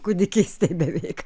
kūdikystėj beveik